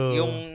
yung